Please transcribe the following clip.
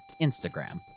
Instagram